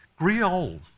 Griol